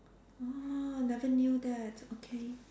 orh never knew that okay